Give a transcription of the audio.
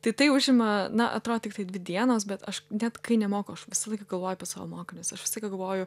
tai tai užima na atrodo tiktai dvi dienos bet aš net kai nemokau aš visą laiką galvoju apie savo mokinius aš visą laiką galvoju